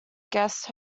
guest